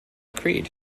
creed